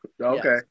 okay